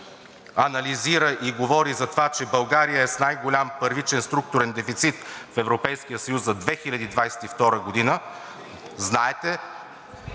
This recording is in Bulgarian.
анализира и говори за това, че България е с най-голям първичен структурен дефицит в Европейския съюз за 2022 г., знаете…